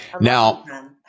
Now